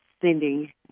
sending